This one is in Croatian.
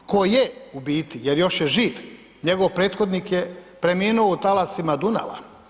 Tko je, u biti jer još je živ, njegov prethodnik je preminuo i talasima Dunava.